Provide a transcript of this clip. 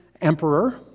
emperor